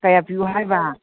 ꯀꯌꯥ ꯄꯤꯌꯨ ꯍꯥꯏꯕ